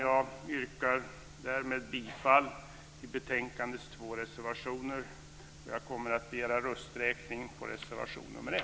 Jag yrkar bifall till betänkandets två reservationer och kommer att begära rösträkning vid reservation 1.